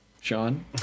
sean